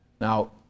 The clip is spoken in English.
Now